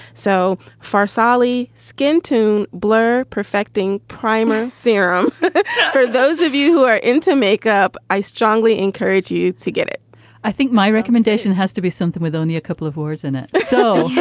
so far, sollie skin to blur, perfecting primer serum for those of you who are into makeup. i strongly encourage you to get it i think my recommendation has to be something with only a couple of words in it. so